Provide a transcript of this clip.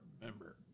member